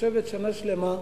יושבת שנה שלמה,